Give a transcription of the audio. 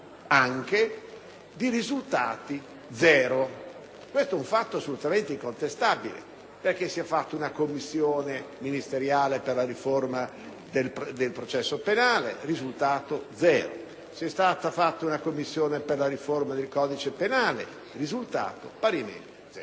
anche, di risultati zero: questo è un fatto assolutamente incontestabile, perché è stata istituita una commissione ministeriale per la riforma del processo penale con risultato zero; è stata istituita una commissione per la riforma del codice penale con risultato parimenti zero.